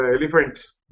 elephants